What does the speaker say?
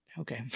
okay